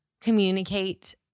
communicate